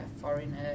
foreigner